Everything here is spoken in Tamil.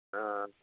ஆ